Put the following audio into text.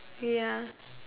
ya